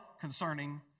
concerning